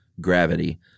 gravity